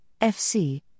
FC